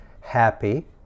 happy